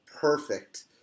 perfect